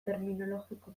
terminologiko